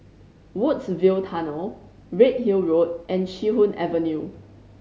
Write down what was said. Woodsville Tunnel Redhill Road and Chee Hoon Avenue